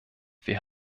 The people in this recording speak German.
wir